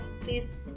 please